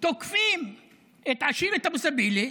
תוקפים את שבט אבו סבילה,